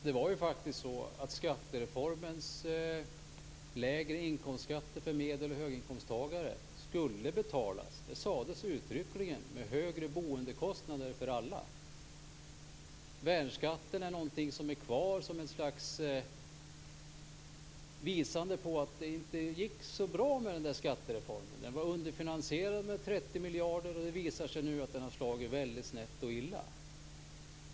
Fru talman! Skattereformens lägre inkomstskatter för medel och höginkomsttagare skulle betalas - det sades uttryckligen - med högre boendekostnader för alla. Värnskatten är kvar som ett slags bevis på att det inte gick så bra med skattereformen. Den var underfinansierad med 30 miljarder, och det har nu visat sig att den har slagit väldigt snett och illa.